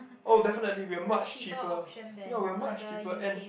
oh definitely we are much cheaper ya we are much cheaper and